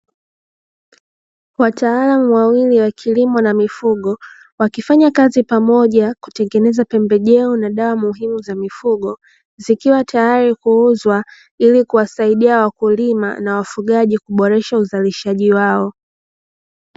Wataalamu wawili wa kilimo na mifugo wakifanya kazi pamoja kutengeneza pembejeo na dawa muhimu za mifugo, zikiwa tayari kuuzwa ili kuwasaidia wakulima na wafugaji kuboresha ufanyakazi wao.